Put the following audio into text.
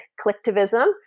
collectivism